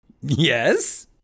Yes